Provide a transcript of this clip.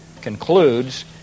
concludes